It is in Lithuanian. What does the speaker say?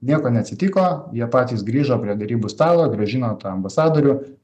nieko neatsitiko jie patys grįžo prie derybų stalo grąžino tą ambasadorių